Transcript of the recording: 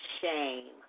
shame